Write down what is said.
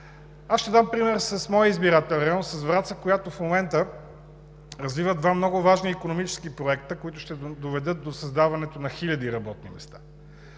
Аз ще дам пример с моя избирателен район – Враца, която в момента развива два много важни икономически проекта, които ще доведат до създаването на хиляди работни места.